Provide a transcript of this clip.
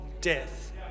death